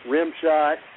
Rimshot